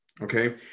Okay